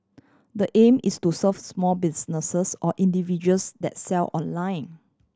the aim is to serve small businesses or individuals that sell online